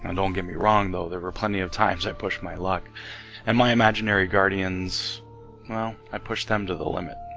and don't get me wrong though. there were plenty of times. i pushed my luck and my imaginary guardians well, i pushed them to the limit.